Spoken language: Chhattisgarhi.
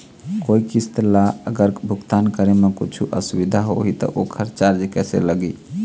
कोई किस्त ला अगर भुगतान करे म कुछू असुविधा होही त ओकर चार्ज कैसे लगी?